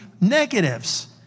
negatives